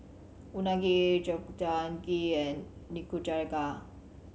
Unagi Gobchang Gui and Nikujaga